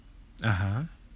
(uh huh)